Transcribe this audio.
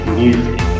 music